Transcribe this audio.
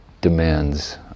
demands